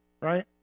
Right